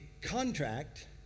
contract